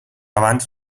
abans